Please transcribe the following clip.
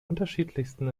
unterschiedlichsten